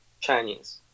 Chinese